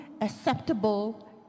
acceptable